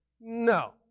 no